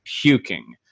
puking